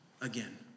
again